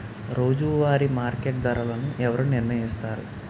రోజువారి మార్కెట్ ధరలను ఎవరు నిర్ణయిస్తారు?